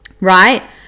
right